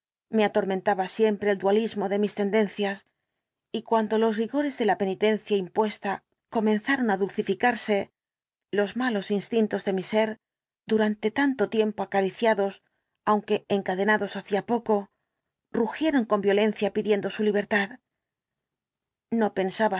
me atormentaba siempre el dualismo de mis tendencias y cuando los rigores de la penitencia impuesta comenzaron á dulcificarse los malos instintos de mi ser durante tanto tiempo acariciados aunque encadenados hacía poco rugieron con violencia pidiendo su libertad no pensaba